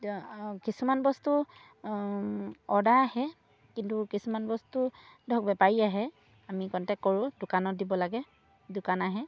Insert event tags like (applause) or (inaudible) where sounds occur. (unintelligible) কিছুমান বস্তু অৰ্ডাৰ আহে কিন্তু কিছুমান বস্তু ধৰক বেপাৰী আহে আমি কণ্টেক্ট কৰোঁ দোকানত দিব লাগে দোকানৰ আহে